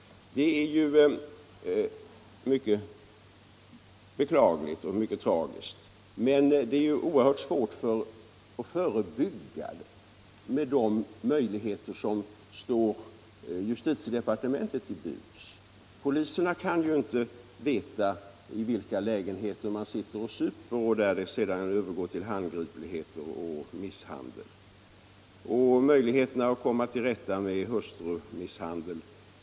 Det är mycket beklagligt och tragiskt, men det är oerhört svårt att förebygga det med de möjligheter som står justitiedepartementet till buds. Poliserna kan inte veta i vilka lägenheter man sitter och super och sedan övergår till handgripligheter och misshandel.